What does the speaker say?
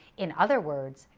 in other words,